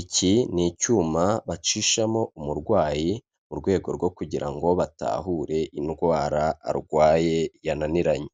iki ni icyuma bacishamo umurwayi mu rwego rwo kugira ngo batahure indwara arwaye yananiranye.